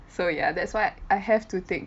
so ya that's why I have to take